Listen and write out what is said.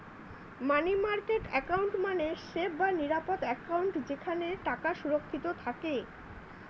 মানি market account মানে safe বা নিরাপদ অ্যাকাউন্ট যেখানে টাকা সুরক্ষিত থাকে